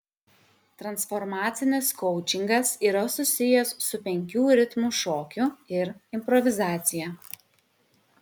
transformacinis koučingas yra susijęs su penkių ritmų šokiu ir improvizacija